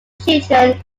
children